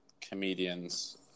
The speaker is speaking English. comedians